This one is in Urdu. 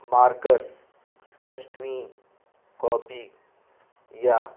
مارکرس ٹچ ٹوین کاپی یا